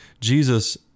Jesus